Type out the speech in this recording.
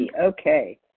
okay